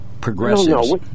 progressives